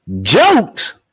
Jokes